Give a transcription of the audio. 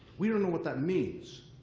we don't know what that means.